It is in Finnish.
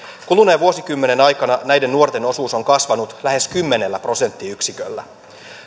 kuluneen vuosikymmenen aikana näiden nuorten osuus on kasvanut lähes kymmenellä prosenttiyksiköllä